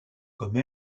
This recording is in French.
comme